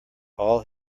all